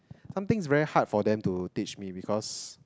somethings very hard for them to teach me because